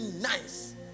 nice